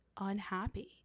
unhappy